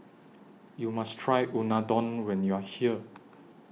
YOU must Try Unadon when YOU Are here